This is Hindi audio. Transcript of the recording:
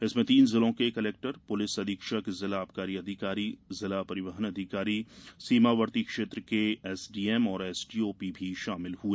इसमें तीन जिलों के कलेक्टर पुलिस अधीक्षक जिला आबकारी अधिकारी जिला परिवहन अधिकारी सीमावर्ती क्षेत्र के एसडीएम और एसडीओपी भी शामिल हुए